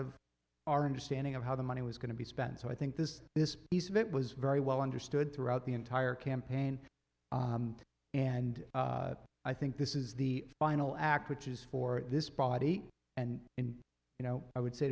of our understanding of how the money was going to be spent so i think this this piece of it was very well understood throughout the entire campaign and i think this is the final act which is for this body and in you know i would say